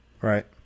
Right